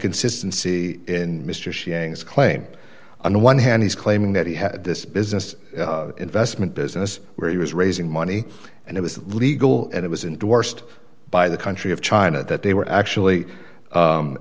inconsistency in mr she hangs claim on the one hand he's claiming that he had this business investment business where he was raising money and it was legal and it was indorsed by the country of china that they were actually